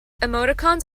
emoticons